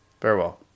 Farewell